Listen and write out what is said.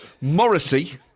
Morrissey